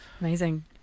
Amazing